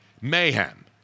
Mayhem